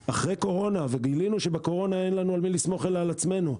בקורונה גילינו שאין עלינו על מי לסמוך אלא על עצמנו,